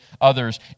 others